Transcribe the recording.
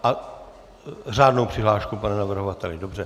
A řádnou přihlášku, pane navrhovateli, dobře.